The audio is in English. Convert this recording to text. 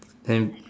and